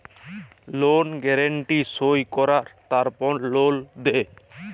লল গ্যারান্টি সই কঁরায় তারপর লল দেই